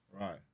Right